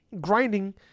grinding